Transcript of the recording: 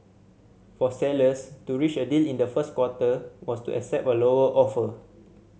for sellers to reach a deal in the first quarter was to accept a lower offer